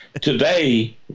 Today